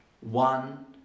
one